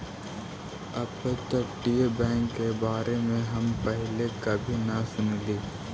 अपतटीय बैंक के बारे में हम पहले कभी न सुनली